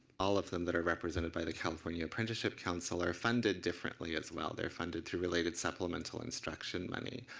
all of them that are represented by the california apprenticeship council are funded differently as well. they're funded through related supplemental instruction money